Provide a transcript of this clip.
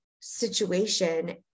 situation